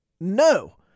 No